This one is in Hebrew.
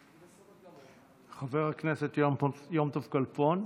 חבר הכנסת יום טוב כלפון.